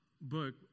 book